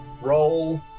roll